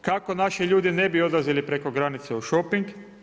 kako naši ljudi ne bi odlazili preko granice u šoping.